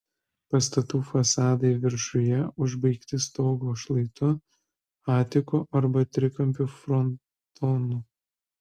pastatų fasadai viršuje užbaigti stogo šlaitu atiku arba trikampiu frontonu